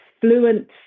fluent